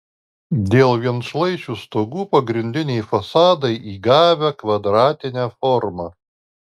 dėl vienšlaičių stogų pagrindiniai fasadai įgavę kvadratinę formą